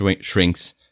shrinks